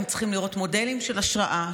הן צריכות לראות מודלים של השראה,